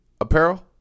apparel